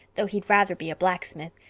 though he'd rather be a blacksmith.